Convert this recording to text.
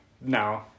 No